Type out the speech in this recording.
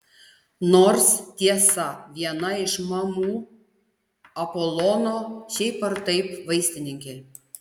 nors tiesa viena iš mamų apolono šiaip ar taip vaistininkė